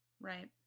Right